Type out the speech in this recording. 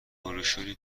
بروشوری